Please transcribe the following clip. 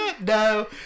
No